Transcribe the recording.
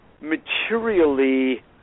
materially